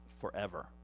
forever